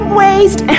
waste